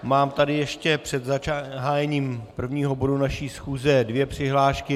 Mám tady ještě před zahájením prvního bodu naší schůze dvě přihlášky.